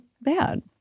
bad